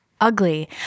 ugly